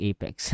Apex